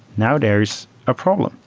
now there's a problem.